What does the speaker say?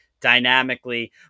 dynamically